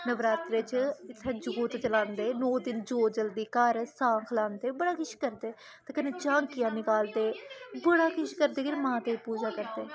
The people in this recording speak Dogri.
नवरात्रें च इत्थे जोत जलांदे नौ दिन जोत जलदी घर सांख लांदे बड़ा किश करदे ते कन्नै झांकियां निकालदे बड़ा किश करदे कि माते दी पूजा करदे